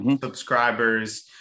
subscribers